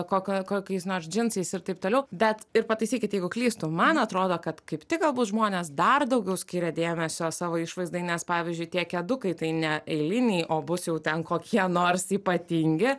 kokia kokiais nors džinsais ir taip toliau bet ir pataisykit jeigu klystu man atrodo kad kaip tik galbūt žmonės dar daugiau skiria dėmesio savo išvaizdai nes pavyzdžiui tie kedukai tai ne eiliniai o bus jau ten kokie nors ypatingi